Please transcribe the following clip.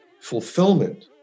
fulfillment